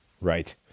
Right